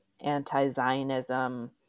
anti-Zionism